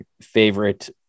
favorite